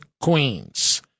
Queens